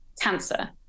cancer